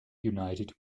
united